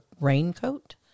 raincoat